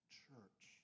church